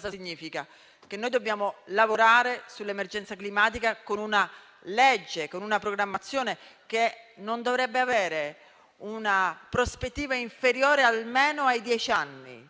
Ciò significa che dobbiamo lavorare sull'emergenza climatica con una legge e con una programmazione che non dovrebbe avere una prospettiva inferiore almeno ai dieci anni,